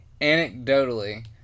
anecdotally